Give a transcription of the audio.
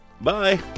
Bye